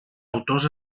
autors